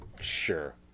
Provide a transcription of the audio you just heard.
Sure